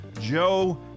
joe